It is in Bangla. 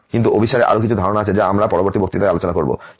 কিন্তু অভিসারের আরো কিছু ধারণা আছে যা আমরা পরবর্তী বক্তৃতায় আলোচনা করব